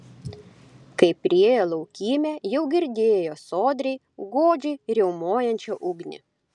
kai priėjo laukymę jau girdėjo sodriai godžiai riaumojančią ugnį